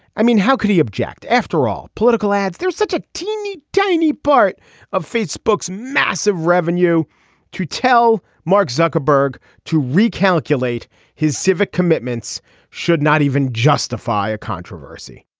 i mean how could he object after all political ads there's such a teeny tiny part of facebook massive revenue to tell mark zuckerberg to recalculate his civic commitments should not even justify a controversy